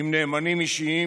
עם נאמנים אישיים